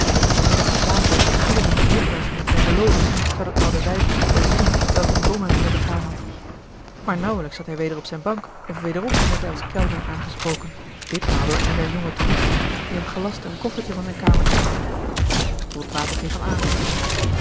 als van middag aan tafel ieder hem gelukwenschte met zijne verloving zou dat oude wijf wel zien welk een domheid zij begaan had maar nauwelijks zat hij weder op zijn bank of wederom werd hij als kellner aangesproken ditmaal door een der jonge toeristen die hem gelastte een koffertje van zijn kamer te halen botwater keek hem aan